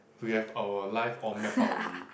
we have our life all mapped out already